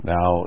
Now